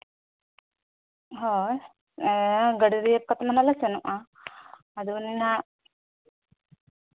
ᱦᱳᱭ ᱦᱮᱸ ᱜᱟᱹᱰᱤ ᱨᱤᱡᱟᱹᱵᱽ ᱠᱟᱛᱮ ᱱᱟᱜ ᱞᱮ ᱥᱮᱱᱚᱜᱼᱟ ᱟᱫᱚ ᱚᱱᱮ ᱚᱱᱟ